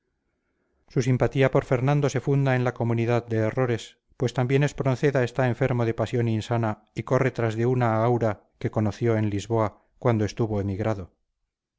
su simpatía por fernando se funda en la comunidad de errores pues también espronceda está enfermo de pasión insana y corre tras de una aura que conoció en lisboa cuando estuvo emigrado